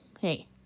Hey